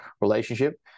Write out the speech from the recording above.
relationship